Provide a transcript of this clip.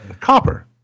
copper